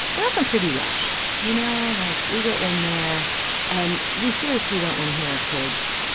we're often pretty rushed, you know? like, we go in there and we seriously don't want to hear our kids.